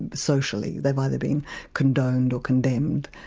socially. they've either been condoned or condemned.